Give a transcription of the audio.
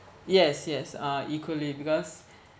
yes yes uh equally because